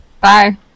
bye